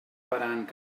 parant